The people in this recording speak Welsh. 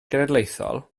genedlaethol